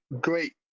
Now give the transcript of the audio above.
great